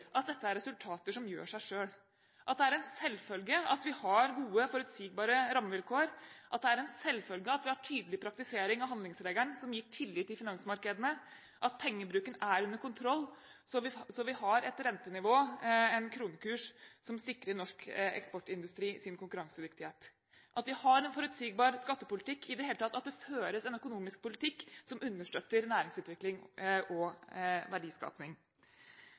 at dette er resultater som gjør seg selv, at det er en selvfølge at vi har gode, forutsigbare rammevilkår, at det er en selvfølge at vi har tydelig praktisering av handlingsregelen, noe som gir tillit i finansmarkedene, at pengebruken er under kontroll, slik at vi har et rentenivå, en kronekurs, som sikrer norsk eksportindustri konkurransedyktighet, at vi har en forutsigbar skattepolitikk – at det i det hele tatt føres en økonomisk politikk som understøtter næringsutvikling og